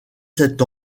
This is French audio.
sept